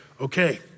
okay